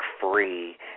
free